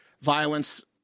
violence